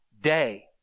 day